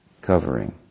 covering